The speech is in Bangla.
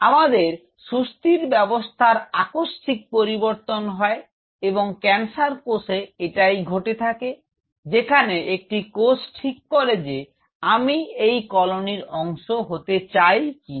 আমাদের সুস্থির ব্যাবস্থার আকস্মিক পরিবর্তন হয় এবং ক্যান্সার কোষে এটাই ঘটে থাকে যেখানে একটি কোষ ঠিক করে যে আমি এই কলোনির অংশ হতে চাই না